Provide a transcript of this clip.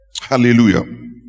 Hallelujah